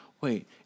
Wait